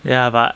ya but